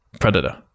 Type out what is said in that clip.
Predator